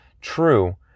true